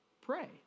pray